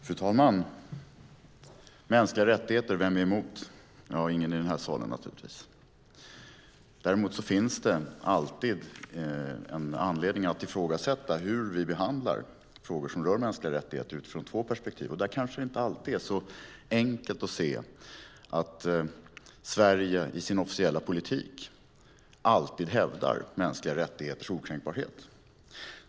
Fru talman! Mänskliga rättigheter - vem är emot det? Ingen i den här salen, naturligtvis. Däremot finns det alltid en anledning att ifrågasätta hur vi behandlar frågor som rör mänskliga rättigheter utifrån två perspektiv. Det kanske inte alltid är så enkelt att se att Sverige i sin officiella politik alltid hävdar mänskliga rättigheters okränkbarhet.